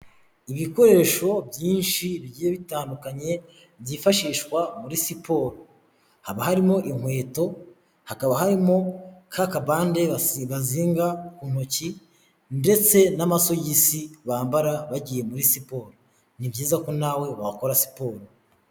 Ibikoresho byinshi bigiye bitandukanye byifashishwa muri siporo. Haba harimo inkweto, hakaba harimo kakabande bazinga ku ntoki ndetse n'amasogisi bambara bagiye muri siporo. Ni byiza ko nawe wakora siporo.